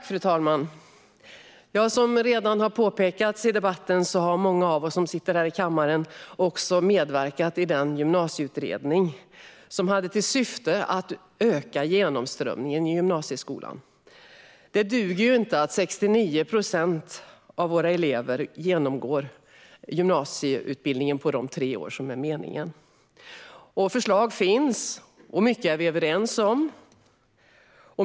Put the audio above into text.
Fru talman! Som redan påpekats i debatten har många av oss här i kammaren medverkat i den gymnasieutredning som hade till syfte att öka genomströmningen i gymnasieskolan. Det duger ju inte att bara 69 procent av våra elever genomgår gymnasieutbildningen på tre år, som meningen är. Förslag finns, och mycket är vi överens om.